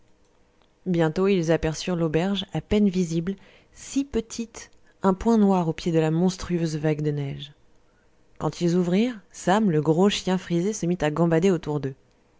bientôt ils aperçurent l'auberge à peine visible si petite un point noir au pied de la monstrueuse vague de neige quand ils ouvrirent sam le gros chien frisé se mit à gambader autour d'eux